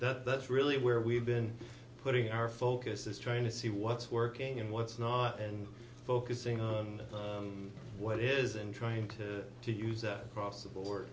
that's really where we've been putting our focus is trying to see what's working and what's not and focusing on what is and trying to to use a cross of the word